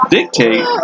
Dictate